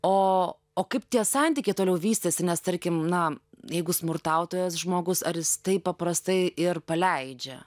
o o kaip tie santykiai toliau vystėsi nes tarkim na jeigu smurtautojas žmogus ar jis taip paprastai ir paleidžia